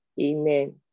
Amen